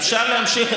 אפשר להמשיך,